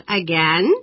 again